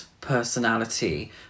personality